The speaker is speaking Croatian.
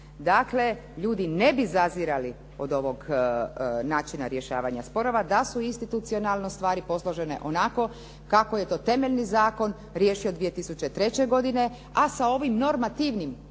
Dakle, ljudi ne bi zazirali od ovog načina rješavanja sporova da su institucionalno stvari posložene onako kako je to temeljni zakon riješio 2003. godine a sa ovim normativnim